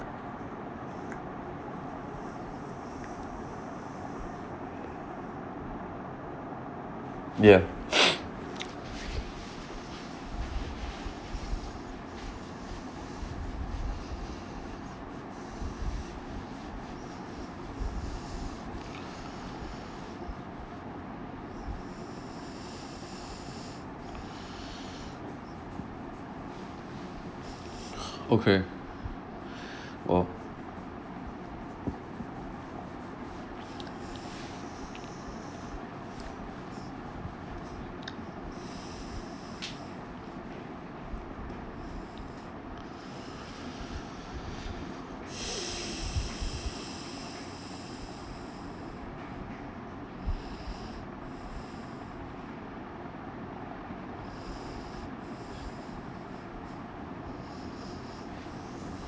ya okay well